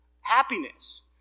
happiness